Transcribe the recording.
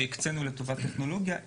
שהקצו לטובת טכנולוגיה.